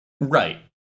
Right